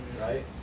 right